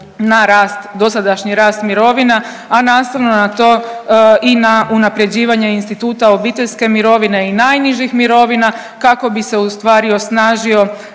na rast, dosadašnji rast mirovina, a nastavno na to i na unapređivanje instituta obiteljske mirovine i najnižih mirovina kako bi se u stvari osnažio